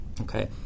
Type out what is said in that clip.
Okay